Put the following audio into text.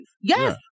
Yes